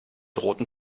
roten